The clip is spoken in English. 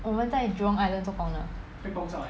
我们在 jurong island 做工的